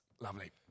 lovely